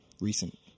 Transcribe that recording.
Recent